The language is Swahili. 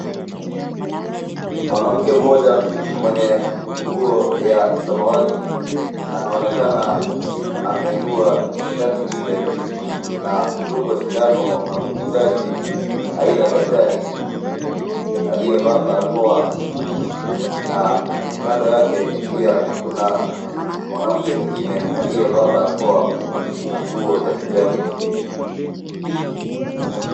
Mwanamke mmoja mwenye nguo ya samawati anaonekana ameinua shati lile na kudungwa sindano na muuguzaji aidha daktari aliyevaa barakoa na kando yake pia kuna mwanamke mwingine aliyevaa barakoa na nguo za kijani kibichi.